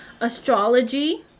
Astrology